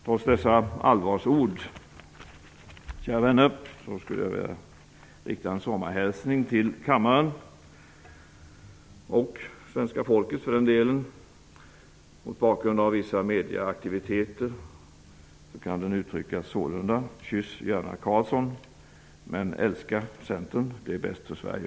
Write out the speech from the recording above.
Trots dessa allvarsord, kära vänner, skulle jag vilja rikta en sommarhälsning till kammaren och även till svenska folket. Mot bakgrund av vissa medieaktiviteter kan hälsningen uttryckas på följande sätt: Kyss gärna Karlsson, men älska Centern; det är bäst för Sverige!